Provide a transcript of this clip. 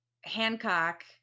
Hancock